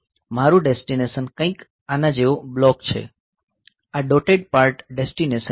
મારૂ ડેસ્ટિનેશન કંઈક આના જેવુ બ્લોક છે આ ડોટેડ પાર્ટ ડેસ્ટિનેશન છે